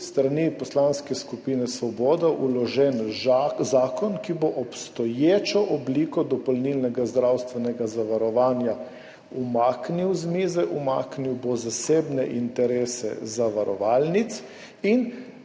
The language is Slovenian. strani Poslanske skupine Svoboda vložen zakon, ki bo obstoječo obliko dopolnilnega zdravstvenega zavarovanja umaknil z mize, umaknil bo zasebne interese zavarovalnic in